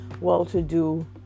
well-to-do